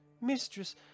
mistress